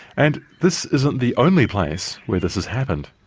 and this isn't the only place where this has happened.